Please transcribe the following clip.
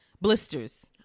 blisters